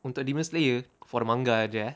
untuk demon slayer for the manga aje eh